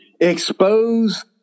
expose